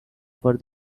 for